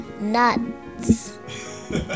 nuts